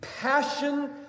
passion